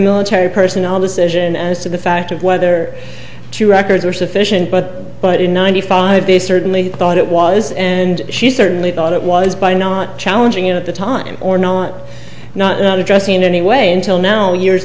military personnel decision as to the fact of whether two records were sufficient but but in ninety five they certainly thought it was and she certainly thought it was by not challenging it at the time or not not not address in any way until now years